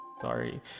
Sorry